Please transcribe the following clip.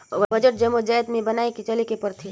budget जम्मो जाएत में बनाए के चलेक परथे